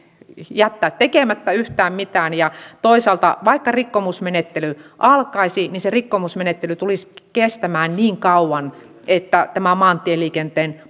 olla tekemättä yhtään mitään ja toisaalta vaikka rikkomusmenettely alkaisi se tulisi kestämään niin kauan että tämä maantieliikenteen